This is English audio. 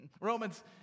Romans